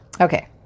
okay